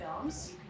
films